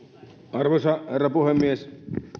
arvoisa herra puhemies